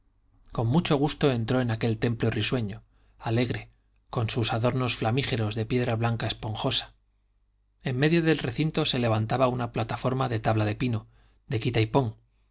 con mucho gusto entró en aquel templo risueño alegre con sus adornos flamígeros de piedra blanca esponjosa en medio del recinto se levantaba una plataforma de tabla de pino de quita y pon